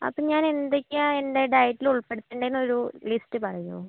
അപ്പോൾ ഞാൻ എന്തൊക്കെയാണ് എൻ്റെ ഡയറ്റിൽ ഉൾപ്പെടുത്തേണ്ടത് എന്നൊരു ലിസ്റ്റ് പറയുമോ